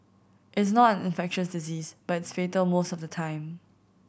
it's not an infectious disease but it's fatal most of the time